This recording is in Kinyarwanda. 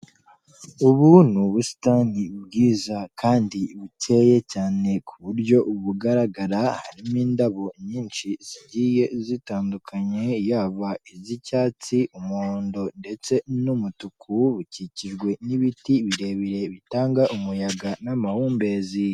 Ubu ni ubusitani bwiza kandi bukeye cyane ku buryo bugaragara, harimo indabo nyinshi zigiye zitandukanye yaba iz'icyatsi, umuhondo ndetse n'umutuku bukikijwe n'ibiti birebire bitanga umuyaga n'amahumbezi.